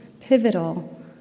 pivotal